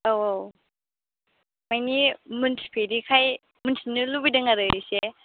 औ औ मानि मिन्थिफेरैखाय मिन्थिनो लुबैदों आरो एसे